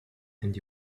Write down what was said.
and